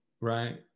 right